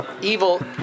evil